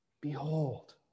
Behold